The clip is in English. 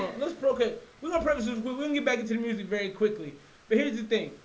what's broken with my premises we will get back into the music very quickly but here's the thing.